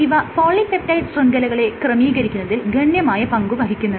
ഇവ പോളിപെപ്റ്റൈഡ് ശൃംഖലകളെ ക്രമീകരിക്കുന്നതിൽ ഗണ്യമായ പങ്ക് വഹിക്കുന്നുണ്ട്